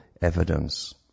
evidence